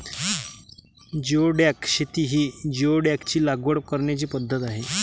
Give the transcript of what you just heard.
geoduck शेती ही जिओडॅकची लागवड करण्याची पद्धत आहे